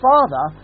Father